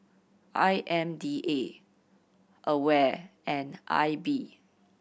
I M D A AWARE and I B